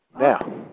Now